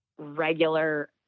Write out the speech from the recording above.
regular